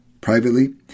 Privately